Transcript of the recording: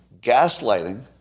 Gaslighting